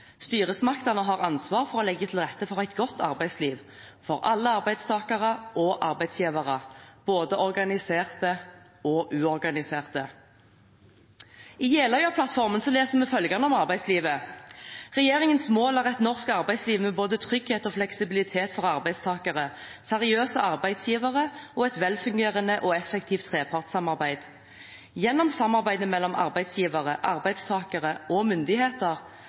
Styresmaktene har ansvar for å leggje til rette for eit godt arbeidsliv for alle arbeidstakarar og arbeidsgivarar – både organiserte og uorganiserte.» I Jeløya-plattformen leser vi følgende om arbeidslivet: «Regjeringens mål er et norsk arbeidsliv med både trygghet og fleksibilitet for arbeidstakere, seriøse arbeidsgivere og et velfungerende og effektivt trepartssamarbeid. Gjennom samarbeidet mellom arbeidsgivere, arbeidstakere og myndigheter